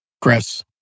Chris